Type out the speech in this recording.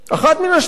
אחת מן השתיים: